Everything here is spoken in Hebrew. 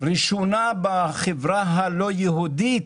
ראשונה בחברה הלא יהודית?